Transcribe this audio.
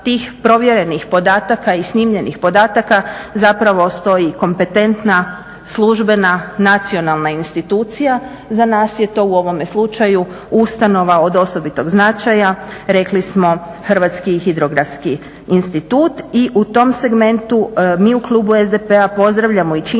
Hrvatski hidrografski institut.